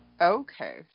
Okay